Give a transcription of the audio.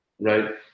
right